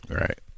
right